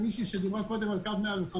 מותר לכם.